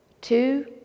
Two